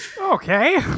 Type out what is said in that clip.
Okay